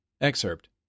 Excerpt